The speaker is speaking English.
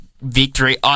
Victory